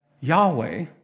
Yahweh